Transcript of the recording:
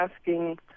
asking –